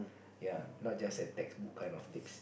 ya not just a textbook kind of tips